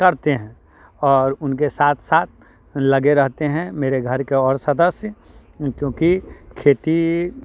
करते हैं और उनके साथ साथ लगे रहते हैं मेरे घर के और सदस्य क्योंकि खेती